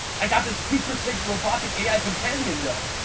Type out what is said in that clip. i got this super sick robotic a i. companion though!